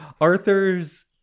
Arthur's